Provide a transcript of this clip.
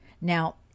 Now